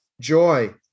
Joy